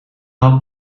had